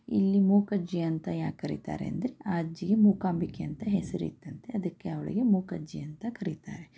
ಇಲ್ಲಿ ಮೂಕಜ್ಜಿ ಅಂತ ಯಾಕೆ ಕರೀತಾರೆ ಅಂದರೆ ಆ ಅಜ್ಜಿಗೆ ಮೂಕಾಂಬಿಕೆ ಅಂತ ಹೆಸರಿತ್ತಂತೆ ಅದಕ್ಕೆ ಅವಳಿಗೆ ಮೂಕಜ್ಜಿ ಅಂತ ಕರೀತಾರೆ